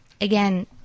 again